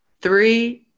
three